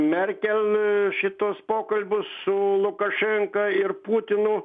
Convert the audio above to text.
merkel šituos pokalbius su lukašenka ir putinu